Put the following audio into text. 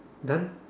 done